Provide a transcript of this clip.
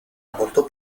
molto